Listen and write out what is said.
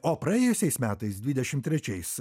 o praėjusiais metais dvidešim trečiais